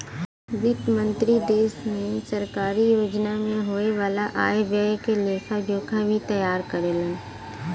वित्त मंत्री देश में सरकारी योजना में होये वाला आय व्यय के लेखा जोखा भी तैयार करेलन